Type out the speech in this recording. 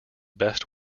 best